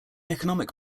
economic